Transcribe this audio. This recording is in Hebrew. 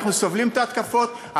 אנחנו סובלים את ההתקפות,